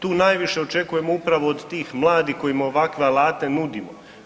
Tu najviše očekujemo upravo od tih mladih kojima ovakve alate nudimo.